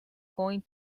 going